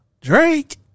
Drake